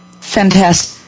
Fantastic